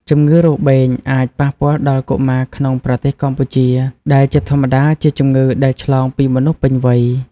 ជំងឺរបេងអាចប៉ះពាល់ដល់កុមារក្នុងប្រទេសកម្ពុជា ដែលជាធម្មតាជាជម្ងឺដែលឆ្លងពីមនុស្សពេញវ័យ។